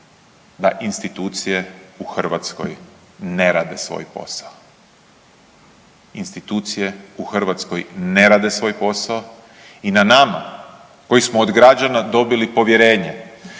da institucije u Hrvatskoj ne rade svoj posao. Institucije u Hrvatskoj ne rade svoj posao, i na nama koji smo od građana dobili povjerenje,